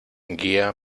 guía